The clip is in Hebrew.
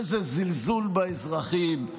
איזה זלזול באזרחים.